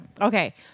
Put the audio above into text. Okay